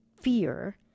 fear